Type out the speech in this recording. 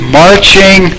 marching